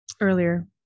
Earlier